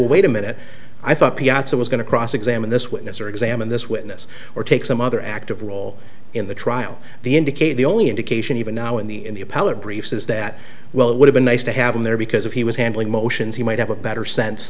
wait a minute i thought piazza was going to cross examine this witness or examine this witness or take some other active role in the trial the indicated the only indication even now in the in the appellate briefs is that well it would have been nice to have him there because if he was handling motions he might have a better sense